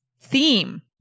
theme